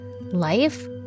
Life